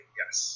yes